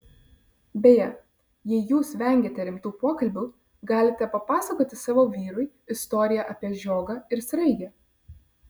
beje jei jūs vengiate rimtų pokalbių galite papasakoti savo vyrui istoriją apie žiogą ir sraigę